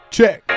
Check